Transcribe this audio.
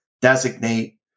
designate